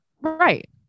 Right